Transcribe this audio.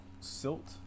Silt